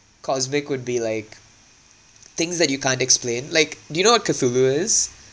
cosmic would be like things that you can't explain like do you know what cthulhu is